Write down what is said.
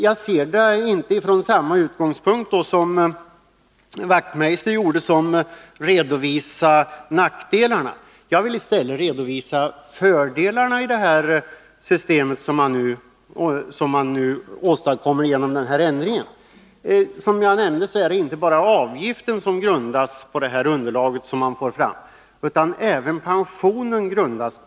Jag ser alltså inte frågan från samma utgångspunkt som Knut Wachtmeister, som redovisade nackdelarna. I stället vill jag redovisa fördelarna i det system som åstadkoms genom ändringen. Som jag nämnde är det inte bara avgiften som grundas på det underlag man får fram utan även pensionen.